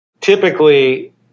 Typically